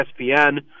ESPN